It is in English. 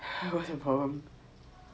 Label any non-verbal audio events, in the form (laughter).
(laughs) what's your problem